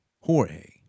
Jorge